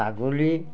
ছাগলী